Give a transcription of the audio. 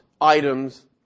items